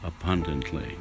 abundantly